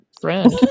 friend